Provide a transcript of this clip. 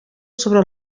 sobre